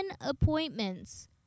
appointments